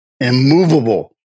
immovable